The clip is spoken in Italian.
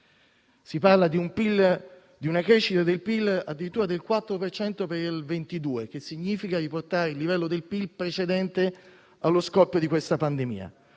Si parla di una crescita del PIL addirittura del 4 per cento per il 2022, il che significa riportare il livello del PIL a quello precedente allo scoppio di questa pandemia.